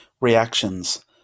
reactions